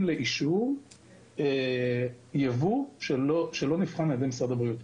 לאישור ייבוא שלא נבחן על ידי משרד הבריאות.